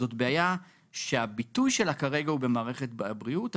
זאת בעיה שהביטוי של כרגע הוא במערכת בבריאות,